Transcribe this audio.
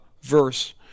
verse